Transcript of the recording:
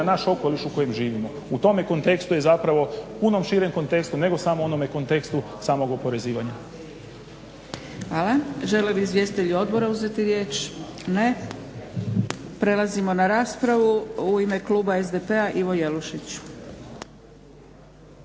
naš okoliš u kojem živimo. U tome kontekstu je zapravo, puno širem kontekstu nego samo onome kontekstu samog oporezivanja. **Zgrebec, Dragica (SDP)** Hvala. Žele li izvjestitelji odbora uzeti riječ? Ne. Prelazimo na raspravu. U ime kluba SDP-a Ivo Jelušić.